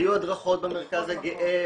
היו הדרכות במרכז הגאה,